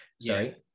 sorry